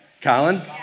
Colin